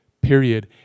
Period